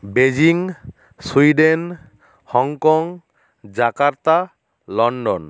Beijing Sweden Hong Kong Jakarta London